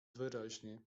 wyraźnie